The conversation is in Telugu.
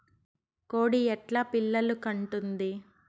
కోడి ఎట్లా పిల్లలు కంటుంది?